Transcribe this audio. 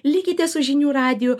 likite su žinių radiju